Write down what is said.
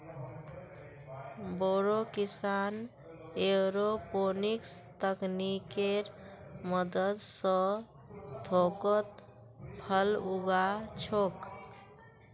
बोरो किसान एयरोपोनिक्स तकनीकेर मदद स थोकोत फल उगा छोक